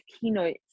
keynote